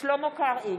שלמה קרעי,